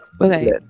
Okay